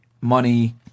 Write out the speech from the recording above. money